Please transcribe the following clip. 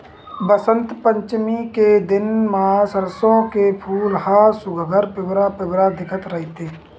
बसंत पचमी के दिन म सरसो के फूल ह सुग्घर पिवरा पिवरा दिखत रहिथे